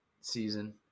season